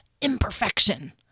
imperfection